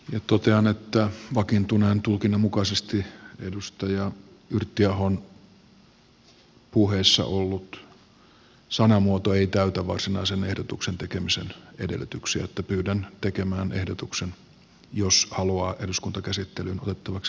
totean että vakiintuneen tulkinnan mukaisesti edustaja yrttiahon puheessa ollut sanamuoto ei täytä varsinaisen ehdotuksen tekemisen edellytyksiä joten pyydän tekemään ehdotuksen jos haluaa eduskuntakäsittelyyn otettavaksi vaihtoehtoisia kannanottoja